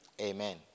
amen